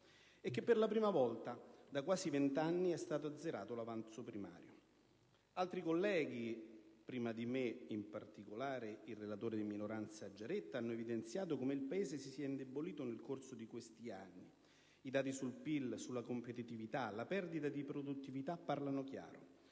e, per la prima volta da quasi vent'anni, è stato azzerato l'avanzo primario. Altri colleghi prima di me, in particolare il relatore di minoranza Giaretta, hanno evidenziato come il Paese si sia indebolito nel corso di questi anni. I dati sul PIL e sulla competitività, la perdita di produttività parlano chiaro.